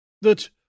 that